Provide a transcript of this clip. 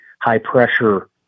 high-pressure